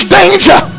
danger